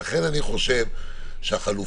--- חבר הכנסת